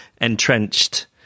entrenched